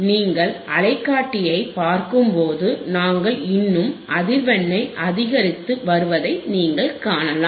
நீங்கள் அலைக்காட்டியை பார்க்கும் போது நாங்கள் இன்னும் அதிர்வெண்ணை அதிகரித்து வருவதை நீங்கள் காணலாம்